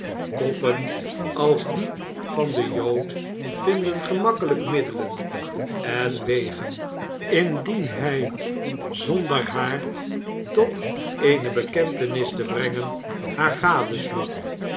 koppen als die van den jood vinden gemakkelijk middelen en wegen indien hij zonder haar tot eene bekentenis te brengen haar